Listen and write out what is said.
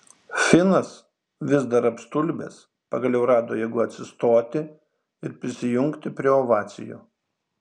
finas vis dar apstulbęs pagaliau rado jėgų atsistoti ir prisijungti prie ovacijų